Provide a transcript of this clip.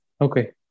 Okay